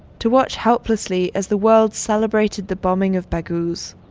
to watch helplessly as the world celebrated the bombing of baghouz.